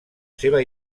seva